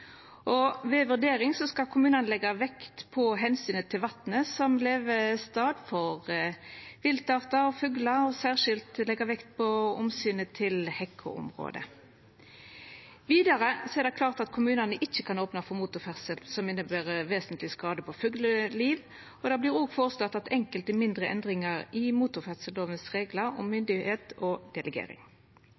skal kommunane leggja vekt på omsynet til vatnet som levestad for viltartar og fuglar og særleg leggja vekt på omsynet til hekkeområde. Vidare er det klart at kommunane ikkje kan opna for motorferdsel som inneber vesentleg skade på fugleliv, og det vert òg føreslått enkelte mindre endringar i reglane i motorferdsellova om myndigheit og delegering.